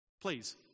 please